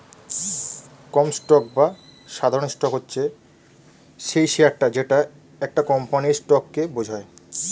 common stock বা সাধারণ stock হচ্ছে সেই শেয়ারটা যেটা একটা কোম্পানির স্টককে বোঝায়